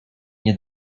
nie